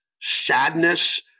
sadness